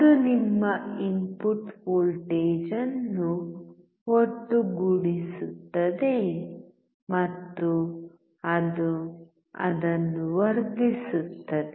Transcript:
ಅದು ನಿಮ್ಮ input voltage ಅನ್ನು ಒಟ್ಟುಗೂಡಿಸುತ್ತದೆ ಮತ್ತು ಅದು ಅದನ್ನು ವರ್ಧಿಸುತ್ತದೆ